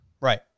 Right